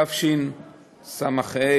מתשס"ה,